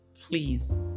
please